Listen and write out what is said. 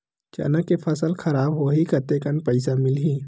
चना के फसल खराब होही कतेकन पईसा मिलही?